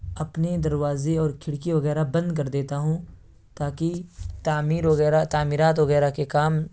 اپنے دروازے اور کھڑکی وغیرہ بند کر دیتا ہوں تاکہ تعمیر وغیرہ تعمیرات وغیرہ کے کام